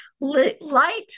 Light